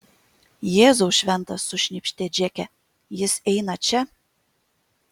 jėzau šventas sušnypštė džeke jis eina čia